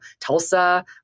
Tulsa